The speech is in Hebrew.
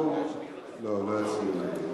לא, לא יצביעו נגד.